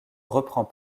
reprend